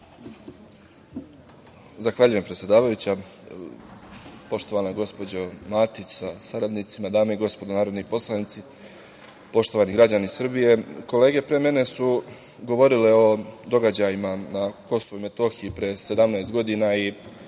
Zahvaljujem, predsedavajuća. Poštovana gospođo Matić sa saradnicima, dame i gospodo narodni poslanici, poštovani građani Srbije, kolege pre mene su govorile o događajima na Kosovu i Metohiji pre 17 godina i